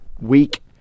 week